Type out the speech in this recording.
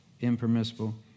impermissible